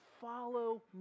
follow